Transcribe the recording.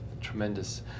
tremendous